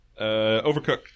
overcooked